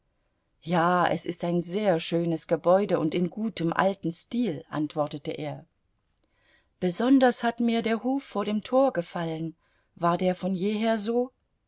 ja es ist ein sehr schönes gebäude und in gutem altem stil antwortete er besonders hat mir der hof vor dem tor gefallen war der von jeher so